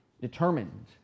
determined